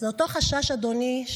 זה אותו חשש, אדוני,